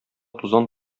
тузан